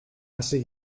hasi